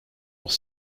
auch